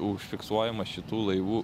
užfiksuojama šitų laivų